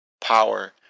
power